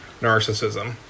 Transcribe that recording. narcissism